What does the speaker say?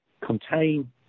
contain